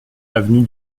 avenue